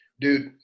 Dude